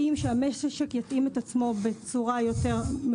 שהמשק יתאים את עצמו בצורה מאוזנת יותר.